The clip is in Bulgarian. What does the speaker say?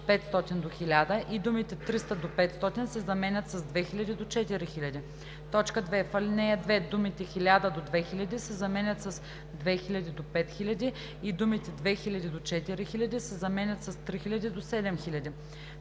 думите „300 до 500“ се заменят с „2000 до 4000“. 2. В ал. 2 думите „1000 до 2000“ се заменят с „2000 до 5000“ и думите „2000 до 4000“ се заменят с „3000 до 7000“.